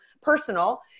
personal